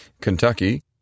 Kentucky